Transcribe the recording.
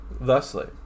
thusly